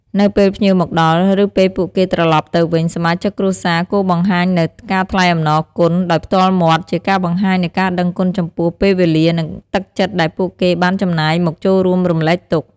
នៅពេលភ្ញៀវមកដល់ ឬពេលពួកគេត្រឡប់ទៅវិញ សមាជិកគ្រួសារគួរបង្ហាញនូវ ការថ្លែងអំណរគុណ ដោយផ្ទាល់មាត់ ជាការបង្ហាញនូវការដឹងគុណចំពោះពេលវេលា និងទឹកចិត្តដែលពួកគេបានចំណាយមកចូលរួមរំលែកទុក្ខ។